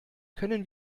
können